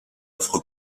offre